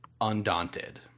undaunted